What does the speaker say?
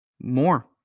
More